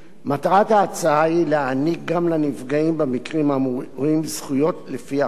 מטרת ההצעה היא להעניק גם לנפגעים במקרים האמורים זכויות לפי החוק,